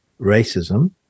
racism